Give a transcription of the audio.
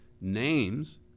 names